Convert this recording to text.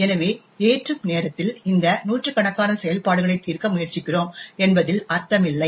எனவே ஏற்றும் நேரத்தில் இந்த நூற்றுக்கணக்கான செயல்பாடுகளை தீர்க்க முயற்சிக்கிறோம் என்பதில் அர்த்தமில்லை